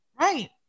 Right